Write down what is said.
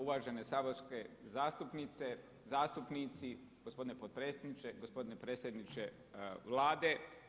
Uvažene saborske zastupnice, zastupnici, gospodine potpredsjedniče, gospodine predsjedniče Vlade.